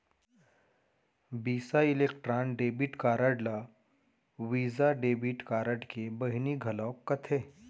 बिसा electron debit card ल Visa debit card के बहिनी घलौक कथें